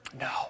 No